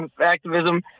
activism